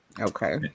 Okay